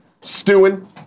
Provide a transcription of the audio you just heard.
stewing